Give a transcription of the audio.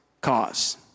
cause